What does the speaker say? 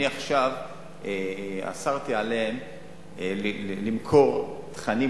אני עכשיו אסרתי עליהם למכור תכנים,